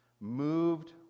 moved